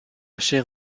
chair